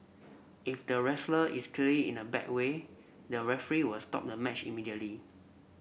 if the wrestler is clear in a bad way the referee were stop the match immediately